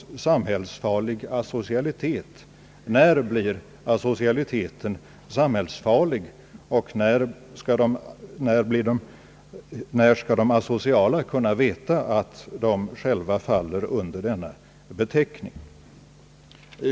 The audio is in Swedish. Vad är samhällsfarlig asocialitet? När blir asocialiteten samhällsfarlig, och när skall de asociala veta att de själva faller under denna beteckning?